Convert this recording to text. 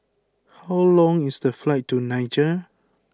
how long is the flight to Niger